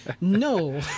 No